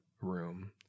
room